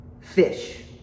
fish